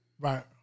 Right